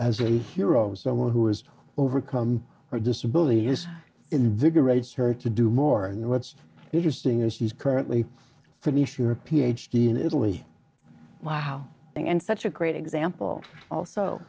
as a hero someone who has overcome her disability is invigorated her to do more and what's interesting is she's currently finish your ph d in italy wow and such a great example also